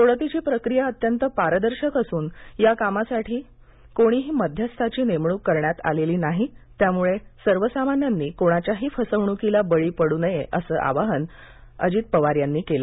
सोडतीची प्रक्रीया अत्यंत पारदर्शक असून या कामासाठी कोणाही मध्यस्थाची नेमणूक करण्यात आलेली नाही त्यामुळे सर्वसामान्यांनी कोणाच्याही फसवण्कीला बळी पडू नये असं आवाहन अजित पवार यांनी यावेळी केलं